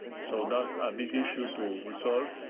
so that's a big issue to resolve.